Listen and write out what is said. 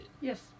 Yes